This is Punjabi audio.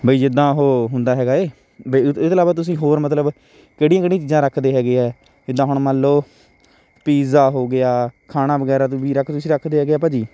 ਬਈ ਜਿੱਦਾਂ ਉਹ ਹੁੰਦਾ ਹੈਗਾ ਏ ਇਹ ਇਹਦੇ ਤੋਂ ਇਲਾਵਾ ਤੁਸੀਂ ਹੋਰ ਮਤਲਬ ਕਿਹੜੀਆਂ ਕਿਹੜੀਆਂ ਚੀਜ਼ਾਂ ਰੱਖਦੇ ਹੈਗੇ ਆ ਜਿਦਾਂ ਹੁਣ ਮੰਨ ਲਓ ਪੀਜ਼ਾ ਹੋ ਗਿਆ ਖਾਣਾ ਵਗੈਰਾ ਤੂੰ ਵੀ ਰੱਖ ਤੁਸੀਂ ਰੱਖਦੇ ਹੈਗੇ ਆ ਭਾਅ ਜੀ